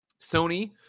Sony